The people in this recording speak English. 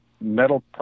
metal